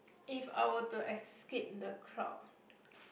if I were to escape the crowd